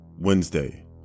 Wednesday